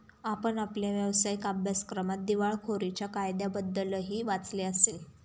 आपण आपल्या व्यावसायिक अभ्यासक्रमात दिवाळखोरीच्या कायद्याबद्दलही वाचले असेल